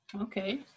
okay